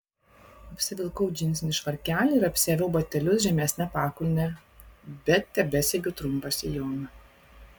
apsivilkau džinsinį švarkelį ir apsiaviau batelius žemesne pakulne bet tebesegiu trumpą sijoną